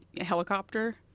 helicopter